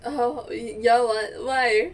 (uh huh) year one why